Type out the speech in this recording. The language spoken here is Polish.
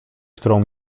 którą